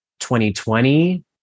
2020